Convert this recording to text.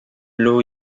law